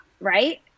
right